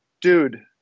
dude